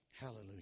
Hallelujah